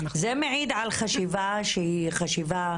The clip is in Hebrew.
זה מעיד על חשיבה שהיא חשיבה